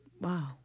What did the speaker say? wow